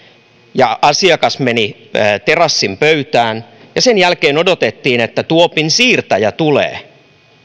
ja asiakas meni terassin pöytään ja sen jälkeen odotettiin että tuopin siirtäjä tulee